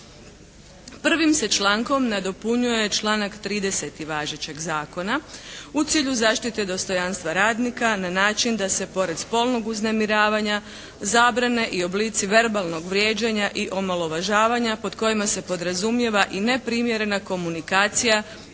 Prvim se člankom nadopunjuje članak 30. važećeg zakona u cilju zaštite dostojanstva radnika na način da se pored spolnog uznemiravanja zabrane i oblici verbalnog vrijeđanja i omalovažavanja pod kojima se podrazumijeva i neprimjerena komunikacija